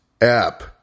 app